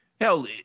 hell